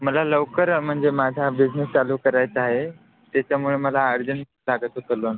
मला लवकर म्हणजे माझा बिजनेस चालू करायचा आहे त्याच्यामुळे मला अर्जंट लागत होतं लोन